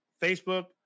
Facebook